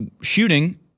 shooting